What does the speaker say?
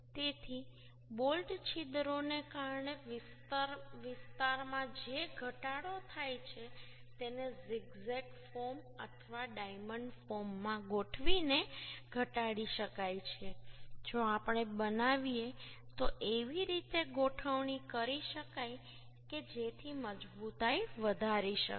તેથી બોલ્ટ છિદ્રોને કારણે વિસ્તારમાં જે ઘટાડો થાય છે તેને ઝિગ ઝેગ ફોર્મ અથવા ડાયમંડ ફોર્મ માં ગોઠવીને ઘટાડી શકાય છે જો આપણે બનાવીએ તો એવી રીતે ગોઠવણી કરી શકાય કે જેથી મજબૂતાઈ વધારી શકાય